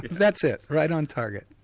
that's it, right on target.